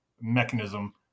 mechanism